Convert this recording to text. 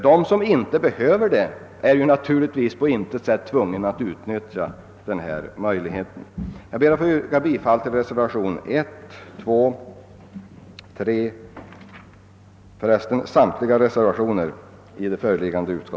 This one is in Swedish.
De som inte behöver rådgivning är ju på intet sätt tvungna att utnyttja denna möjlighet. Herr talman! Jag ber att få yrka bi